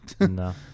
no